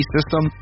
System